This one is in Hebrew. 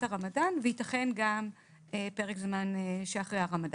הרמדאן ויתכן גם פרק זמן שאחרי הרמדאן,